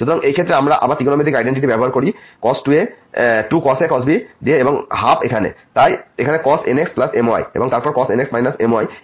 সুতরাং এই ক্ষেত্রে আমরা আবার ত্রিকোণমিতিক আইডেন্টিটি ব্যবহার করি 2cos a cos b দিয়ে 12 এখানে তাই cos nxmy এবং তারপর cos